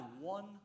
one